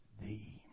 thee